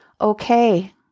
Okay